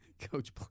coach